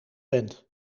bent